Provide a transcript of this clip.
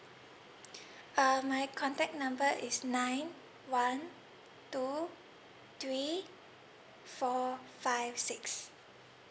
uh my contact number is nine one two three four five six